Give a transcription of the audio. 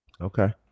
Okay